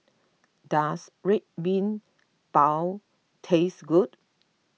does Red Bean Bao taste good